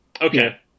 okay